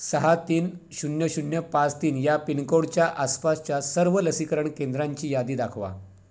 सहा तीन शून्य शून्य पाच तीन या पिन कोडच्या आसपासच्या सर्व लसीकरण केंद्रांची यादी दाखवा